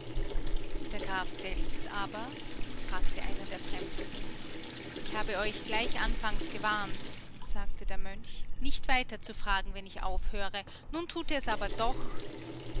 der graf selbst aber fragte einer der fremden ich habe euch gleich anfangs gewarnt sagte der mönch nicht weiter zu fragen wenn ich aufhöre nun tut ihrs aber doch